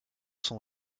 son